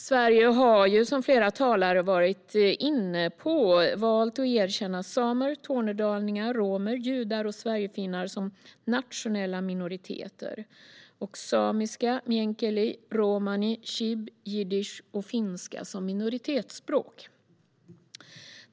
Sverige har, som flera talare har varit inne på, valt att erkänna samer, tornedalingar, romer, judar och sverigefinnar som nationella minoriteter och samiska, meänkieli, romani chib, jiddisch och finska som minoritetsspråk.